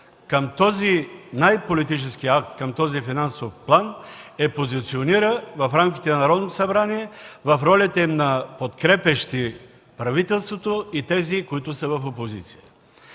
към този най-политически акт, към този финансов план, я позиционира в рамките на Народното събрание в ролята на подкрепяща правителството и такава, която е в опозиция.